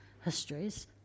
histories